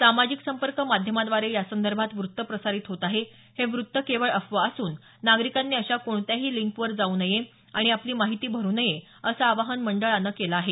सामाजिक संपर्क माध्यमाद्वारे यासंदर्भात वृत्त प्रसारीत होत आहे हे वृत्त केवळ अफवा असून नागरिकांनी अशा कोणत्याही लिंकवर जाऊ नये आणि आपली माहिती भरू नये असं आवाहन मंडळानं केल आहे